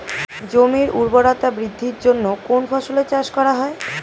জমির উর্বরতা বৃদ্ধির জন্য কোন ফসলের চাষ করা হয়?